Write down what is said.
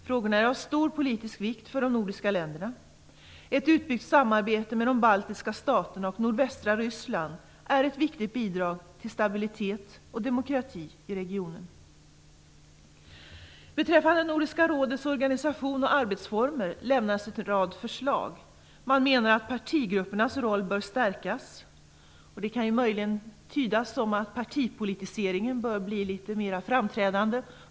Frågorna är av stor politisk vikt för de nordiska länderna. Ett utbyggt samarbete med de baltiska staterna och nordvästra Ryssland är ett viktigt bidrag till stabilitet och demokrati i regionen. Beträffande Nordiska rådets organisation och arbetsformer lämnas en rad förslag. Man menar att partigruppernas roll bör stärkas. Det kan möjligen tydas som att partipolitiseringen bör bli litet mera framträdande.